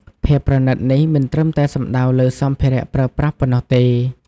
ភាពប្រណីតនេះមិនត្រឹមតែសំដៅលើសម្ភារៈប្រើប្រាស់ប៉ុណ្ណោះទេ។